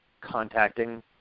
contacting